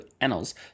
annals